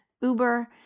Uber